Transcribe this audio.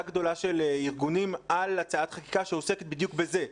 גדולה של ארגונים על הצעת חוק שעוסקת בדיוק בזה,